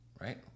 right